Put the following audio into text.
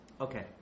Okay